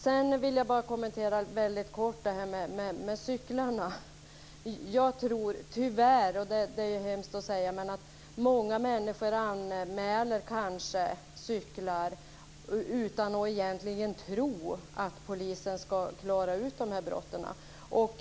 Jag vill också kort kommentera frågan om cyklarna. Jag tror tyvärr - det är ju hemskt att säga det - att många människor anmäler cykelstölder utan att egentligen tro att polisen ska klara upp brottet.